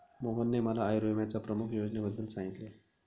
मोहनने मला आयुर्विम्याच्या प्रमुख योजनेबद्दल सांगितले